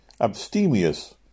abstemious